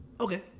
Okay